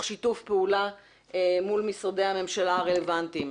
שיתוף פעולה מול משרדי הממשלה הרלוונטיים.